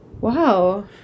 Wow